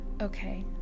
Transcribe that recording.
Okay